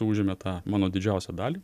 užėmė tą mano didžiausią dalį